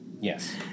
Yes